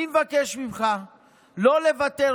אני מבקש ממך לא לוותר,